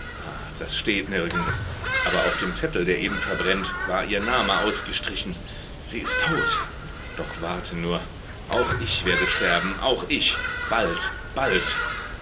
das steht nirgends aber auf dem zettel der eben verbrennt war ihr name ausgestrichen sie ist tot doch warte nur auch ich werde sterben auch ich bald bald